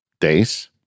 days